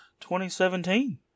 2017